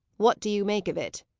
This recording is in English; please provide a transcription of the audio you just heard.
what do you make of it?